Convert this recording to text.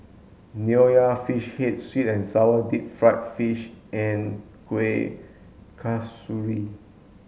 nonya fish head sweet and sour deep fried fish and Kueh Kasturi